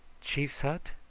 chief's hut?